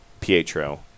Pietro